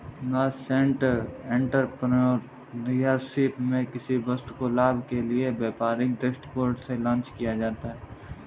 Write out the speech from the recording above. nascent entrepreneurship में किसी वस्तु को लाभ के लिए व्यापारिक दृष्टिकोण से लॉन्च किया जाता है